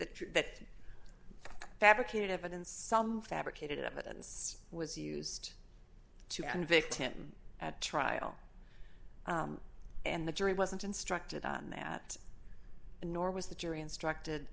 that fabricated evidence some fabricated evidence was used to convict him at trial and the jury wasn't instructed on that and nor was the jury instructed